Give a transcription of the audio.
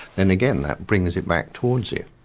then again, that brings it back towards you.